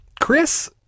Chris